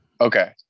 Okay